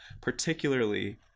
particularly